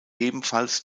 ebenfalls